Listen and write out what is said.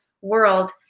world